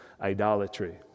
idolatry